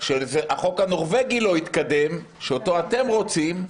שהחוק הנורבגי לא יתקדם, שאותו אתם רוצים,